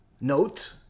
note